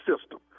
system